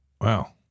wow